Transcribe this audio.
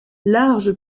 large